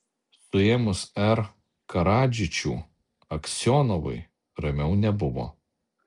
suėmus r karadžičių aksionovui ramiau nebuvo